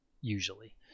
usually